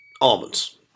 Almonds